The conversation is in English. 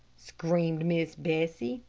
screamed miss bessie.